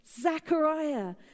Zechariah